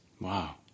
Wow